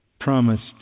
promised